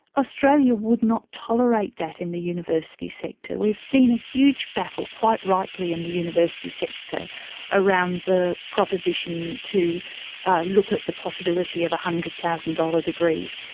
australia would not tolerate that in the university sector. we've seen a huge battle, quite rightly, in the university sector around the proposition to look at the possibility of one hundred thousand dollars degrees,